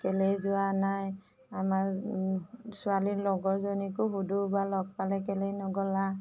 কেলেই যোৱা নাই আমাৰ ছোৱালীৰ লগৰজনীকো সোধো বা লগ পালে কেলেই নগলা